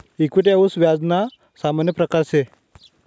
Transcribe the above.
equity हाऊ व्याज ना सामान्य प्रकारसे